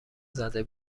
زده